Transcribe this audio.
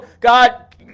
God